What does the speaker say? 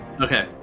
Okay